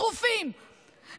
שרופים,